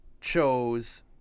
chose